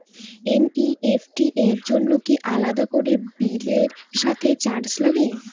NEFT র জন্য কি আলাদা করে বিলের সাথে চার্জ লাগে?